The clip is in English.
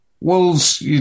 Wolves